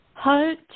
Heart